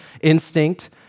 instinct